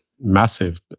massive